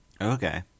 Okay